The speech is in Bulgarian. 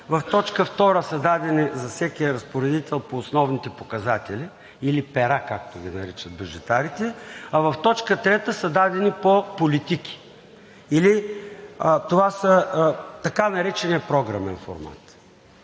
в т. 2 са дадени за всеки разпоредител по основните показатели или пера, както ги наричат бюджетарите, а в т. 3 са дадени по политики, или това е така нареченият програмен формат.